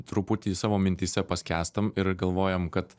truputį savo mintyse paskęstam ir galvojam kad